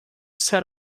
set